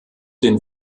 den